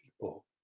people